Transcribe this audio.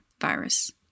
virus